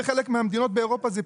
בחלק מהמדינות באירופה זה פלילי.